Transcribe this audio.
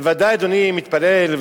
בוודאי אדוני מתפלל,